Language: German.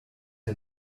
der